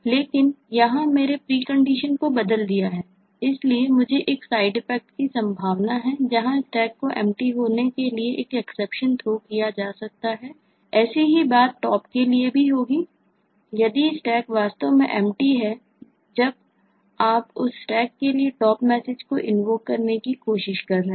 लेकिन यहां मैंने प्रीकंडीशन को बदल दिया है और इसलिए मुझे एक साइड इफेक्ट की संभावना है जहां Stack के Empty होने के लिए एक एक्सेप्शन थ्रो करने की कोशिश कर रहे हैं